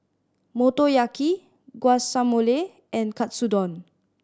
Motoyaki Guacamole and Katsudon